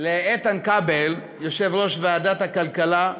לאיתן כבל, יושב-ראש ועדת הכלכלה,